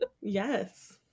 Yes